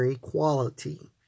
quality